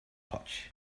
potch